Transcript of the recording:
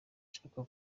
nshaka